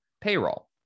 payroll